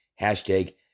hashtag